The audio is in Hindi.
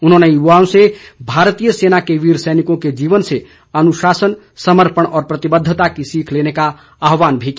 उन्होंने युवाओं से भारतीय सेना के वीर सैनिकों के जीवन से अनुशासन समर्पण और प्रतिबद्धता की सीख लेने का आहवान भी किया